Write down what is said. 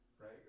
right